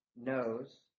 knows